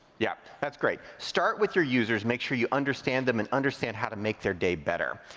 yeah, that's great. start with your users. make sure you understand them and understand how to make their day better.